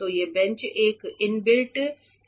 तो ये बेंच एक इनबिल्ट